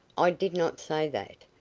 i did not say that.